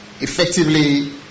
Effectively